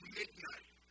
midnight